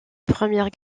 première